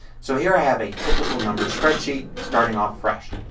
so here i have a typical numbers spreadsheet starting off fresh.